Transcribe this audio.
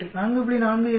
48 4